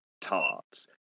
tarts